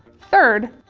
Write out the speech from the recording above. third,